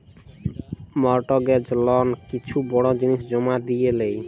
mortgage লল কিছু বড় জিলিস জমা দিঁয়ে লেই